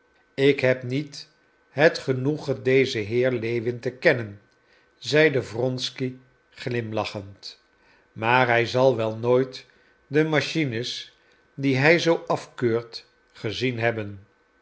ik heb niet het genoegen dezen heer lewin te kennen zeide wronsky glimlachend maar hij zal wel nooit de machines die hij zoo afkeurt gezien hebben